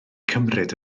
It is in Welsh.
cymryd